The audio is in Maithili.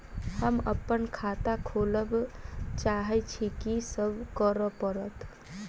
हम अप्पन खाता खोलब चाहै छी की सब करऽ पड़त?